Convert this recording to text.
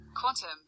Quantum